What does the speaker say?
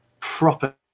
proper